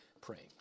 Praying